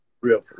Real